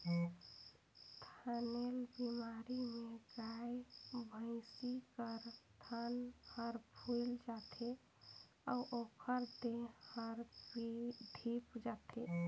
थनैल बेमारी में गाय, भइसी कर थन हर फुइल जाथे अउ ओखर देह हर धिप जाथे